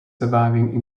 surviving